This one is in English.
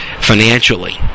financially